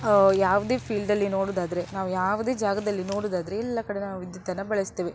ಯಾವುದೇ ಫೀಲ್ಡಲ್ಲಿ ನೋಡುವುದಾದ್ರೆ ನಾವು ಯಾವುದೇ ಜಾಗದಲ್ಲಿ ನೋಡುವುದಾದ್ರೆ ಎಲ್ಲ ಕಡೆ ನಾವು ವಿದ್ಯುತ್ತನ್ನು ಬಳಸ್ತೇವೆ